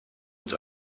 mit